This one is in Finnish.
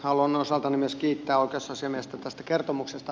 haluan osaltani myös kiittää oikeusasiamiestä tästä kertomuksesta